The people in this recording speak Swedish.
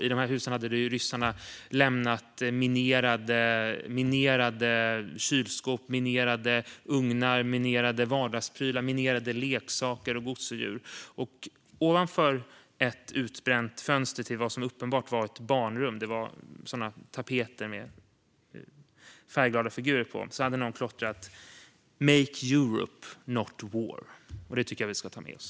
I dessa hus hade ryssarna lämnat minerade kylskåp, minerade ugnar och minerade vardagsprylar som leksaker och gosedjur. Ovanför ett utbränt fönster till vad som uppenbart var ett barnrum - det hade tapeter med färgglada figurer - hade någon klottrat: Make Europe, not war. Det tycker jag att vi ska ta med oss.